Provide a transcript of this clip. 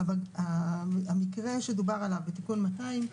אבל המקרה שדובר עליו בתיקון 200,